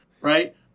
right